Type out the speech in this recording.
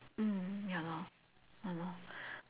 mm ya lor ya lor